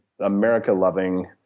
America-loving